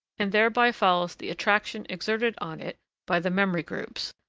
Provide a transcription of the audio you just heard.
and thereby follows the attraction exerted on it by the memory groups,